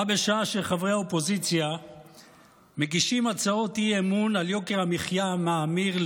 בה בשעה שחברי האופוזיציה מגישים הצעות אי-אמון על יוקר המחיה המאמיר,